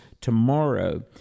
tomorrow